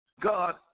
God